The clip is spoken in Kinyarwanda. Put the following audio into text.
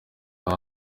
aho